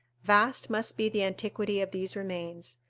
vast must be the antiquity of these remains,